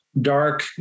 dark